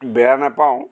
বেয়া নাপাওঁ